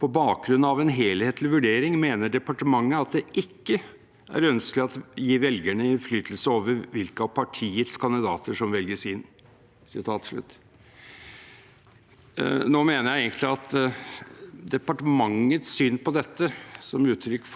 Nå mener jeg egentlig at departementets syn på dette – som et uttrykk for forvaltningen, selv om den er politisk ledet – burde holdt flere alternativer åpne for denne forsamlingen, for det er egentlig Stortinget som